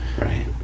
Right